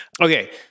Okay